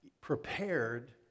prepared